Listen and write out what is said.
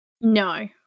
No